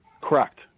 Correct